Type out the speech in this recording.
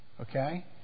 Okay